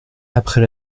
après